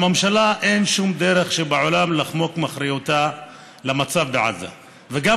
לממשלה אין שום דרך בעולם לחמוק מאחריותה למצב בעזה והיא